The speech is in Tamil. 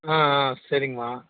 சரிங்ம்மா